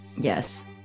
Yes